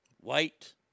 white